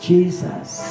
Jesus